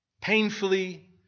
painfully